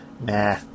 nah